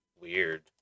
Weird